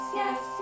yes